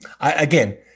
Again